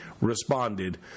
responded